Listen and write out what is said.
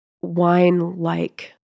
wine-like